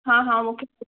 हा हा मूंखे